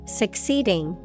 succeeding